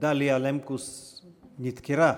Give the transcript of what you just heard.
דליה למקוס נדקרה,